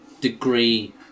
degree